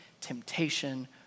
temptation